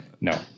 No